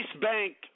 Bank